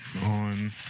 on